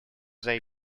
they